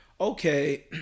okay